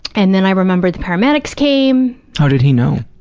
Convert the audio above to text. and then i remember the paramedics came. how did he know?